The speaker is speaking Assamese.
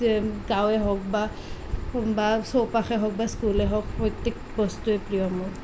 গাঁৱে হওক বা বা চৌপাশেই হওক বা স্কুলেই হওক প্ৰত্যেক বস্তুৱেই প্ৰিয় মোৰ